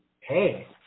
Hey